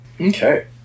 Okay